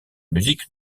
musique